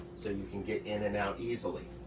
so you can get in and out easily.